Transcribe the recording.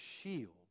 shield